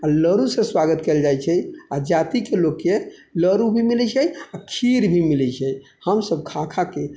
लरूसँ स्वागत कएल जाइ छै आओर जातिके लोकके लरू भी मिलै छै आओर खीर भी मिलै छै हमसब खा खाके खूब